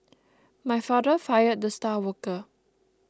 my father fired the star worker